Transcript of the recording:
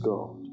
God